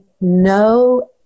no